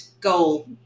goal